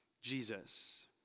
Jesus